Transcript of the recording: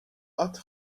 qatt